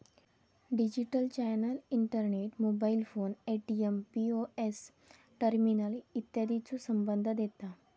digital channel internet, mobile phone, ATM, POS terminal इत्यादीचो संदर्भ देता